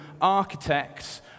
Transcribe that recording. architects